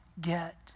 get